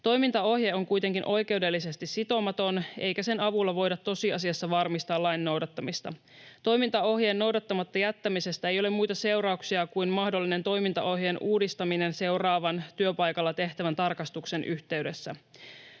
Toimintaohje on kuitenkin oikeudellisesti sitomaton, eikä sen avulla voida tosiasiassa varmistaa lain noudattamista. Toimintaohjeen noudattamatta jättämisestä ei ole muita seurauksia kuin mahdollinen toimintaohjeen uudistaminen seuraavan työpaikalla tehtävän tarkastuksen yhteydessä.